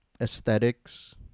aesthetics